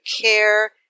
care